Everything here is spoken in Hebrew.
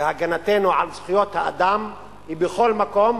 והגנתנו על זכויות האדם היא בכל מקום,